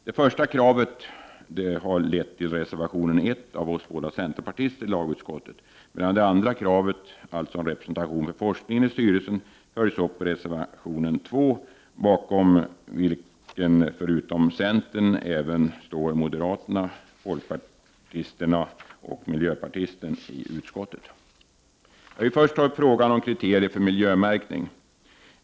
Det första kravet har lett till reservation 1 av oss båda centerpartister i lagutskottet, medan det andra kravet, alltså om representation för forskningen i styrelsen, följs upp i reservation 2 bakom vilken förutom centern står moderaterna, folkpartisterna och miljöpartisten i utskottet. Låt mig först beröra frågan om kriterier för miljömärkning.